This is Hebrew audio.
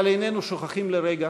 אבל איננו שוכחים לרגע